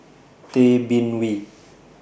Tay Bin Wee